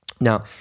Now